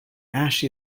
ash